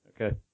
Okay